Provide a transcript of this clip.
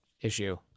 issue